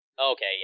Okay